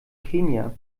kenia